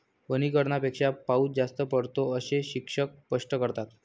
वनीकरणापेक्षा पाऊस जास्त पडतो, असे शिक्षक स्पष्ट करतात